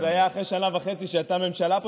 זה היה אחרי שנה וחצי שהייתה ממשלה פה